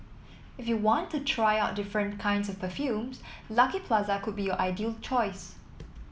if you want to try out different kinds of perfumes Lucky Plaza could be your ideal choice